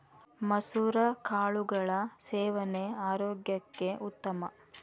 ಮಸುರ ಕಾಳುಗಳ ಸೇವನೆ ಆರೋಗ್ಯಕ್ಕೆ ಉತ್ತಮ